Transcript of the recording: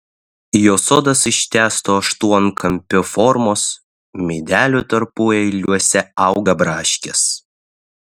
jo sodas ištęsto aštuonkampio formos medelių tarpueiliuose auga braškės